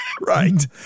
Right